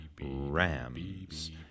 Rams